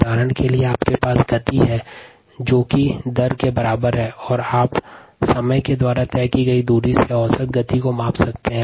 उदाहरण के लिए आपके पास गति है जो कि दर के बराबर है और आप समय के द्वारा तय की गई दूरी से औसत गति को माप सकते हैं